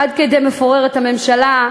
עד כדי פירור הממשלה,